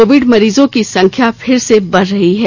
Covid मरीजों की संख्या फिर से बढ़ रही है